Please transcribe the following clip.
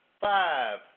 five